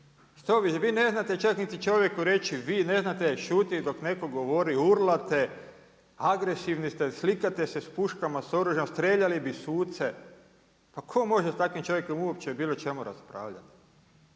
reći, vi ne znate čak niti čovjeku reći vi, ne znate šutjeti dok netko govori, urlate agresivni ste, slikate se s puškama s oružjima, streljali bi suce, pa tko može s takvim čovjekom o bilo čemu razgovarati.